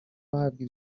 abahabwa